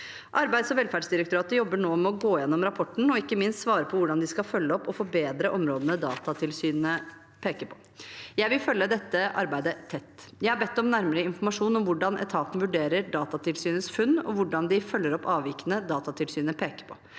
Arbeids- og velferdsdirektoratet jobber nå med å gå gjennom rapporten og ikke minst svare på hvordan de skal følge opp og forbedre områdene Datatilsynet peker på. Jeg vil følge dette arbeidet tett. Jeg har bedt om nærmere informasjon om hvordan etaten vurderer Datatilsynets funn, og hvordan de følger opp avvikene Datatilsynet pekte på.